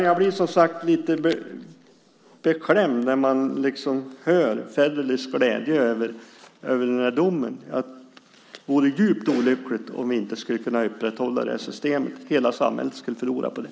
Jag blir som sagt lite beklämd när jag hör Federleys glädje över domen. Det vore djupt olyckligt om vi inte skulle kunna upprätthålla det här systemet. Hela samhället skulle förlora på det.